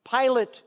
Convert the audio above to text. Pilate